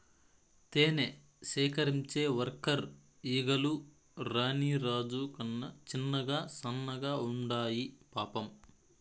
తేనె సేకరించే వర్కర్ ఈగలు రాణి రాజు కన్నా చిన్నగా సన్నగా ఉండాయి పాపం